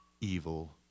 evil